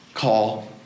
call